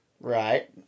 Right